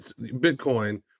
Bitcoin